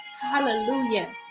Hallelujah